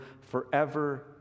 forever